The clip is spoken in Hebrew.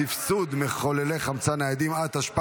ביצוע בדיקת פוליגרף לחברי ועדת שרים לענייני ביטחון לאומי),